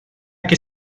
que